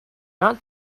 not